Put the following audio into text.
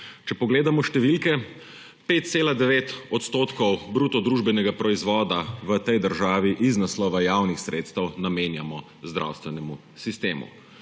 Če pogledamo številke 5,9 odstotkov bruto družbenega proizvoda v tej državi iz naslova javnih sredstev namenjamo zdravstvenemu sistemu.